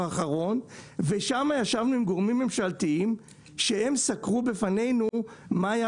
האחרון ושמה ישבנו עם גורמים ממשלתיים שהם סקרו בפנינו מה היה